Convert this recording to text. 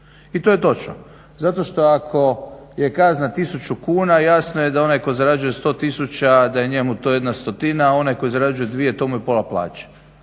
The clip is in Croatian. I to je točno. Zato što ako je kazna tisuću kuna jasno je da onaj tko zarađuje 100 tisuća da je njemu jedna stotina, a onaj tko zarađuje dvije to mu je pola plaće.